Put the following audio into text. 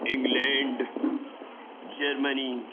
England Germany